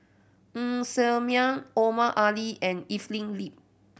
Ng Ser Miang Omar Ali and Evelyn Lip